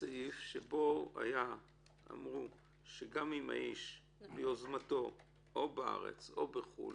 סעיף שבו היה אמור שגם אם האיש ביוזמתו בארץ או בחו"ל